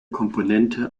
komponente